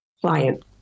client